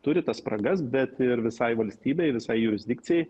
turi tas spragas bet ir visai valstybei visai jurisdikcijai